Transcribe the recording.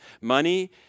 Money